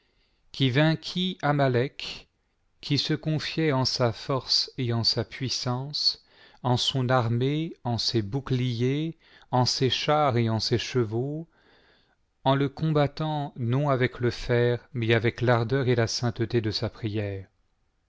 qui vainquit amalec qui se confiait en sa force et en sa puissance en son armée en ses boucliers en ses chars et en ses chevaux en le combattant non avec le fer mais avec l'ardeur et la sainteté de sa prière